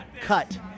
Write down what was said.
cut